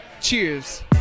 Cheers